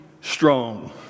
strong